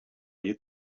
your